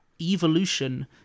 Evolution